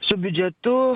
su biudžetu